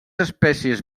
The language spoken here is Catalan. espècies